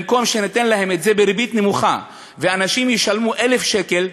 במקום שניתן להם את זה בריבית נמוכה ואנשים ישלמו 1,000 שקל,